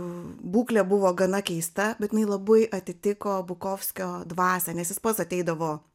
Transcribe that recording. būklė buvo gana keista bet jinai labai atitiko bukovskio dvasią nes jis pats ateidavo